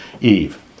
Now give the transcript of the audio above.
Eve